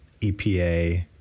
EPA